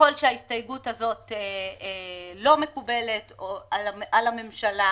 ככל שההסתייגות הזו לא מקובלת על הממשלה